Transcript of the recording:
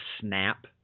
snap